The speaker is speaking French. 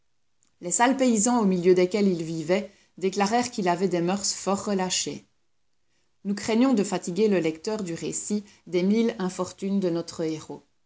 les sales paysans au milieu desquels il vivait déclarèrent qu'il avait des moeurs fort relâchées nous craignons de fatiguer le lecteur du récit des mille infortunes de notre héros